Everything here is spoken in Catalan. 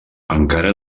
encara